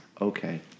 Okay